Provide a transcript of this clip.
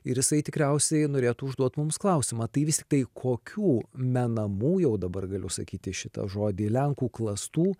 ir jisai tikriausiai norėtų užduot mums klausimą tai vis tai kokių menamų jau dabar galiu sakyti šitą žodį lenkų klastų